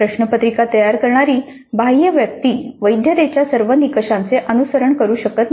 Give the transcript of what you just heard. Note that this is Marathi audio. प्रश्नपत्रिका तयार करणारी बाह्य व्यक्ती वैधतेच्या सर्व निकषांचे अनुसरण करू शकत नाही